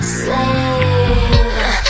slave